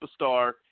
superstar